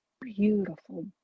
beautiful